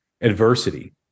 adversity